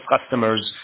customers